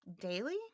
daily